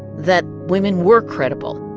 that women were credible